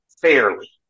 fairly